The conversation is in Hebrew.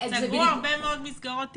סגרו הרבה מאוד מסגרות טיפוליות.